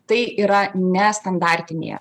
tai yra nestandartinė